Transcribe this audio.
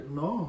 no